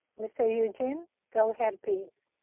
mr. eugene, go ahead, please.